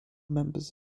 members